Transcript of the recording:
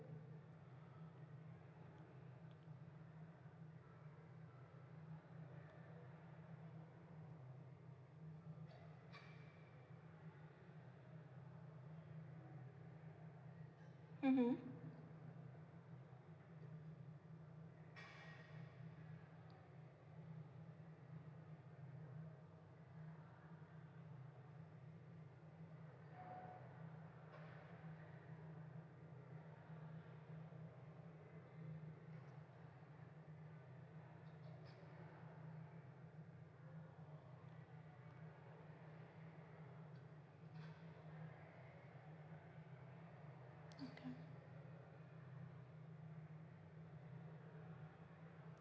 mmhmm